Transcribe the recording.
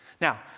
Now